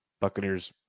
buccaneers